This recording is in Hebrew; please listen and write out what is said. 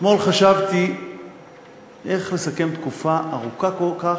אתמול חשבתי איך לסכם תקופה ארוכה כל כך,